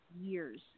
years